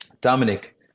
Dominic